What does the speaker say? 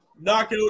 knockout